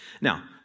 Now